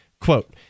quote